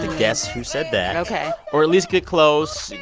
guess who said that. ok. or at least get close.